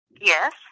Yes